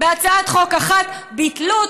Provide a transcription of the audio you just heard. בהצעת חוק אחת ביטלו אותו,